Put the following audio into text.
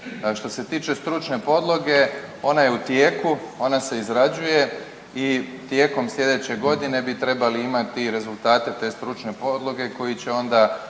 Što se tiče stručne podloge ona je u tijeku, ona se izrađuje i tijekom sljedeće godine bi trebali imati rezultate te stručne podloge koji će onda